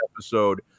episode –